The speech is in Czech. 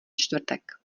čtvrtek